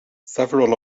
several